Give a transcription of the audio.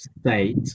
state